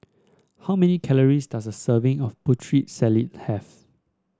how many calories does a serving of Putri Salad have